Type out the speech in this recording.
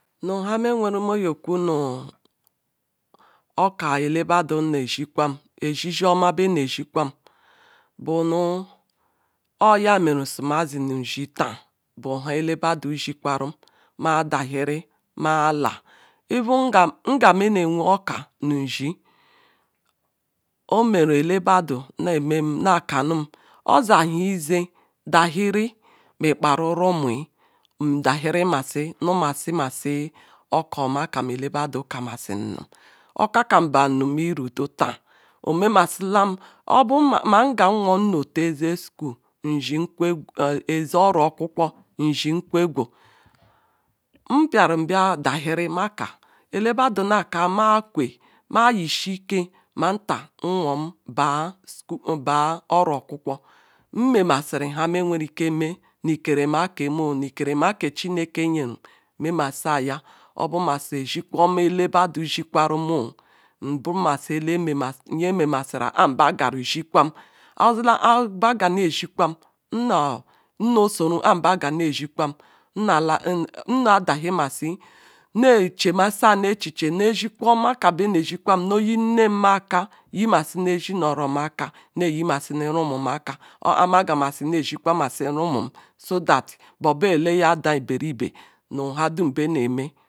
nu nla maweru mohokwu nu oka elebadu nezikwa ezi, ezi oma bum zikwam bunu oya mera sumazinukzi ta bu ele beta zigwerum ma daziri ma la even ngerm inewe oka hu ezie omera elebedu nakanum oziaeze dahiri ikpara rumue ndahiri maji numesi oka oma keyam elebeda kamasinum okakem bonuiru oka kan memrsiri mburu nota oze nu oro kwukwo nziem kwegwu mbiarum bia dahiri elebedu neka ma kwe ma yizieke ma nta nworm baar oro okwukwo nmemasirim nla meweruke me bu nu ikere ma kam o ikerema ke chindke nyrumu imamasi aya oba he elebadu zikwarum nbunazi nyzmemazura abi ba garazikw am noso abagaru ne zikwem nnaka nu homa bumzikwem no yin ne ka nu oginenm ma nu ezi rorem oka oyisilim rumum aka oya magameisiri zikwaman renum so that obu ele yada iberibi nu hedum beaname.